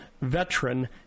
veteran